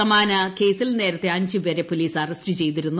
സമാന കേസിൽ നേരത്തെ അഞ്ചുപേരെ പോലീസ് അറസ്റ്റ് ചെയ്തിരുന്നു